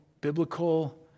biblical